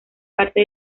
parte